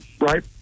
right